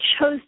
chose